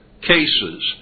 cases